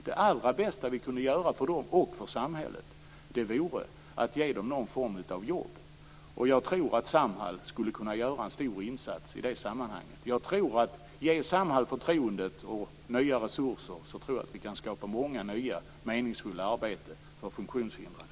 Det allra bästa vi kunde göra för dem och för samhället vore att ge dem någon form av jobb. Jag tror att Samhall skulle kunna göra en stor insats i det sammanhanget. Ge Samhall förtroendet och nya resurser! Då tror jag att vi kan skapa många nya meningsfulla arbeten för funktionshindrade.